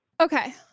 Okay